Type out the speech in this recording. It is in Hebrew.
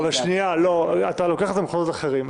לא, אתה לוקח את זה למחוזות אחרים.